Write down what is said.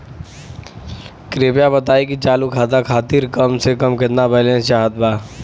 कृपया बताई कि चालू खाता खातिर कम से कम केतना बैलैंस चाहत बा